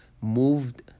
moved